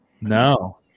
No